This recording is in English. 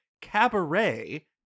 Cabaret